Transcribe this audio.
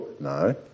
No